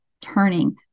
turning